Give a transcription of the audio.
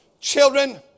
children